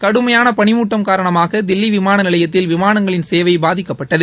கடுமையான பனிமூட்டம் காரணமாக தில்லி விமான நிலையத்தில் விமானங்களின் சேவை பாதிக்கப்பட்டது